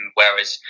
whereas